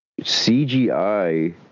cgi